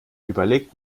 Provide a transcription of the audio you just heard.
überlegt